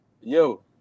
Yo